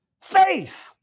faith